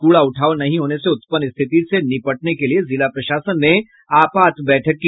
कूड़ा उठाव नहीं होने से उत्पन्न स्थिति से निपटने के लिए जिला प्रशासन ने आपात बैठक की